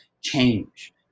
change